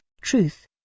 truth